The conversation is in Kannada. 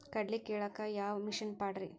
ಕಡ್ಲಿ ಕೇಳಾಕ ಯಾವ ಮಿಷನ್ ಪಾಡ್ರಿ?